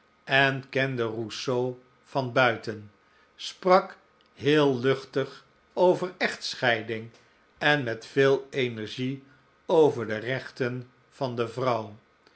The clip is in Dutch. en kende rousseau van buiten sprak heel luchtig over echtscheiding en met veel energie over de rechten van de vrouw